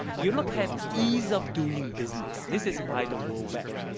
you look at ease of doing business. this is by the world bank.